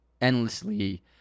endlessly